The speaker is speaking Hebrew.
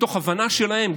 מתוך הבנה שלהם,